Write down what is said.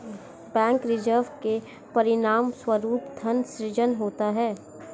bank reserve के परिणामस्वरूप धन सृजन होता है